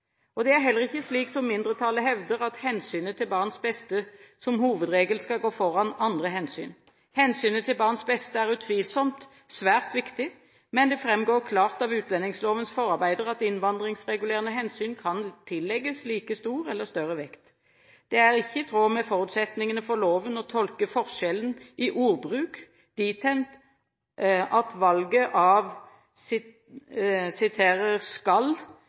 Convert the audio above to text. Det er heller ikke slik, som mindretallet hevder, at hensynet til barnets beste som hovedregel skal gå foran andre hensyn. Hensynet til barnets beste er utvilsomt svært viktig, men det framgår klart av utlendingslovens forarbeider at innvandringsregulerende hensyn kan tillegges like stor eller større vekt. Det er ikke i tråd med forutsetningene for loven å tolke forskjellen i ordbruk dit hen at valget av